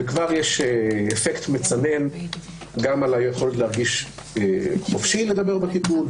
ויש אפקט מצנן גם על היכולת להרגיש חופשי לדבר בטיפול,